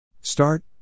Start